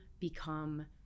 become